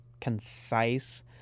concise